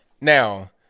Now